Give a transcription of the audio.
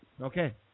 Okay